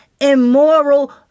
immoral